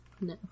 No